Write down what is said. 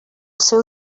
seu